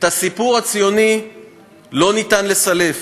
את הסיפור הציוני לא ניתן לסלף.